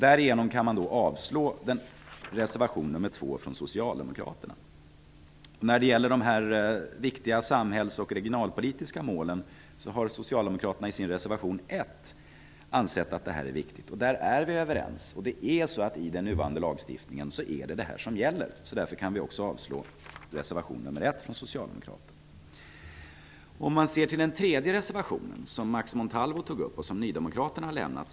Därigenom kan vi avslå reservation nr 2 från Socialdemokraterna anser i reservation 1 att telekommunikation är viktigt med tanke på de samhälls och regionalpolitiska målen. Där är vi överens. I den nuvarande lagstiftningen är det dessa principer som gäller. Därför kan vi också avslå reservation nr i från Socialdemokraterna. Max Montalvo tog upp en tredje reservation -- den som nydemokraterna har lämnat.